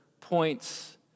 points